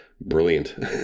brilliant